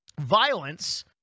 violence